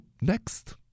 next